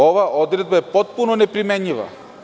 Ova odredba je potpuno neprimenjiva.